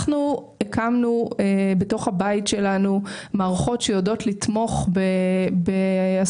אנחנו הקמנו בתוך הבית שלנו מערכות שיודעות לתמוך בהסדרה,